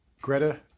Greta